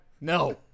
No